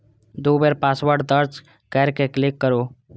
दू बेर पासवर्ड दर्ज कैर के क्लिक करू